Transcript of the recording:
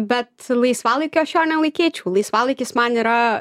bet laisvalaikiu aš jo nelaikyčiau laisvalaikis man yra